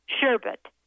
sherbet